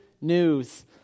news